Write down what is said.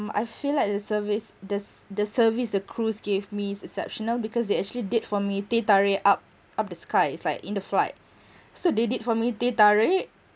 I feel like the service the the service the crews gave me is exceptional because they actually did for me teh tarik up up the sky it's like in the flight so they did for me teh tarik